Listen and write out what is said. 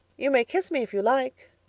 you may kiss me if you like,